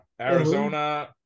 Arizona